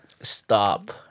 stop